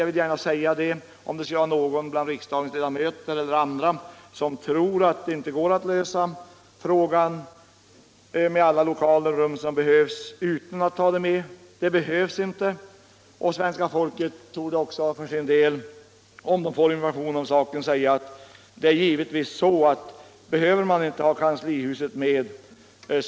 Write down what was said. Jag vill gärna säga det, om det skulle vara någon av riksdagens ledamöter eller andra som tror att det inte går att lösa frågan om de lokaler och rum som behövs utan att ta med kanslihuset. Svenska folket kommer givetvis att säga, ifall" man blir informerad i saken, att om kanslihuset inte behöver tas med, så skall det inte ske.